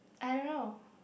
I don't know